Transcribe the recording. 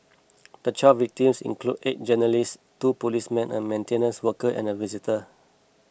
the twelve victims included eight journalists two policemen a maintenance worker and a visitor